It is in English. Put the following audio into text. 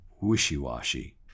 wishy-washy